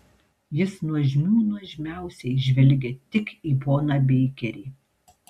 jis nuožmių nuožmiausiai žvelgia tik į poną beikerį